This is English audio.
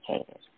okay